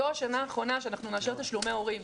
זו השנה האחרונה שאנחנו נאשר תשלומי הורים.